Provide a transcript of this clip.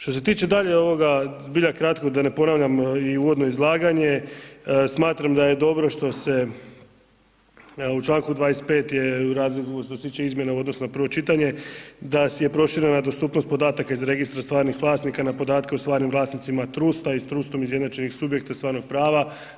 Što se tiče dalje ovoga, zbilja kratko da ne ponavljam i uvodno izlaganje, smatram da je dobro što se u Članku 25. je, što se tiče izmjena u odnosu na prvo čitanje, da je proširena dostupnost podataka iz Registra stvarnih vlasnika na podatke u stvarnim vlasnicima trusta i trustom izjednačenih subjekata stvarnog prava.